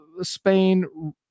Spain